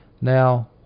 Now